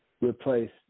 replace